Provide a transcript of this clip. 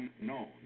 unknown